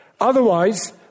Otherwise